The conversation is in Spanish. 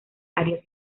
arias